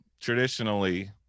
traditionally